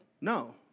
No